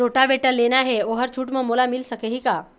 Rotavator लेना हे ओहर छूट म मोला मिल सकही का?